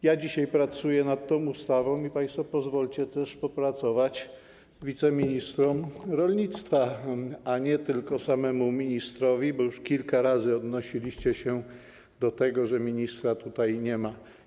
Ja dzisiaj pracuję nad tą ustawą i państwo pozwólcie też popracować wiceministrom rolnictwa, a nie tylko samemu ministrowi, bo już kilka razy odnosiliście się do tego, że ministra tutaj nie ma.